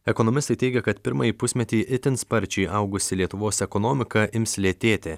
ekonomistai teigia kad pirmąjį pusmetį itin sparčiai augusi lietuvos ekonomika ims lėtėti